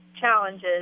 challenges